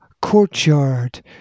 courtyard